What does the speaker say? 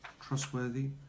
trustworthy